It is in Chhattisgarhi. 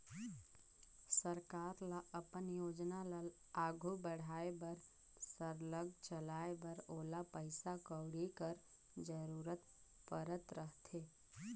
सरकार ल अपन योजना ल आघु बढ़ाए बर सरलग चलाए बर ओला पइसा कउड़ी कर जरूरत परत रहथे